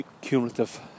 cumulative